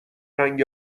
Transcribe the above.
رنگ